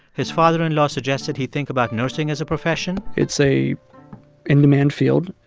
his father-in-law suggested he think about nursing as a profession? it's a in-demand field,